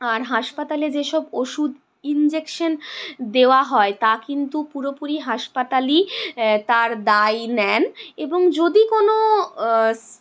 আর হাসপাতালে যেসব ওষুধ ইঞ্জেকশান দেওয়া হয় তা কিন্তু পুরোপুরি হাসপাতালই তার দায় নেন এবং যদি কোনো